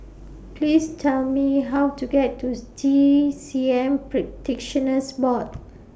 Please Tell Me How to get Tooth T C M Practitioners Board